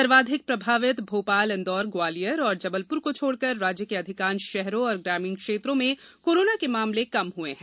सर्वाधिक प्रभावित भोपाल इंदौर ग्वालियर और जबलपुर को छोड़कर राज्य के अधिकांश शहरों और ग्रामीण क्षेत्रों में कोरोना के मामले कम हुए हैं